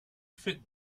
fit